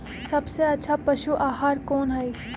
सबसे अच्छा पशु आहार कोन हई?